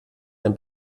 ein